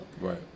Right